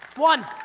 one,